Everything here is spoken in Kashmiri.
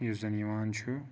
یُس زَن یِوان چھُ